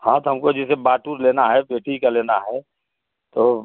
हाँ तो हमको जैसे बाटुर लेना है पेटी का लेना है तो